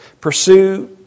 Pursue